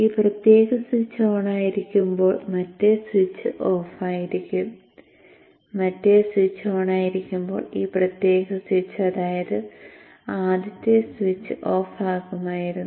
ഈ പ്രത്യേക സ്വിച്ച് ഓണായിരിക്കുമ്പോൾ മറ്റേ സ്വിച്ച് ഓഫായിരിക്കും മറ്റേ സ്വിച്ച് ഓണായിരിക്കുമ്പോൾ ഈ പ്രത്യേക സ്വിച്ച് അതായതു ആദ്യത്തെ സ്വിച്ച് ഓഫ് ആകുമായിരുന്നു